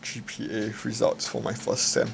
G_P_A results for my first sem